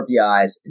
RBIs